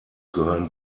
gehören